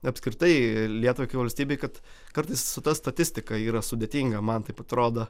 apskritai lietuvai kaip valstybei kad kartais su ta statistika yra sudėtinga man taip atrodo